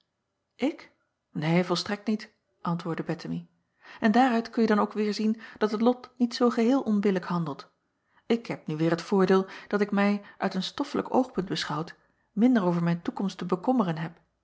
k een volstrekt niet antwoordde ettemie en daaruit kunje dan ook weêr zien dat het lot niet zoo geheel onbillijk handelt k heb nu weêr het voordeel dat ik mij uit een stoffelijk oogpunt beschouwd minder over mijn toekomst te bekommeren heb